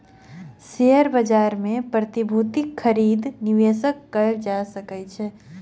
share बाजार मे प्रतिभूतिक खरीद निवेशक कअ सकै छै